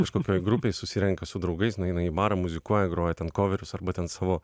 kažkokioj grupėj susirenka su draugais nueina į barą muzikuoja groja ten koverius arba ten savo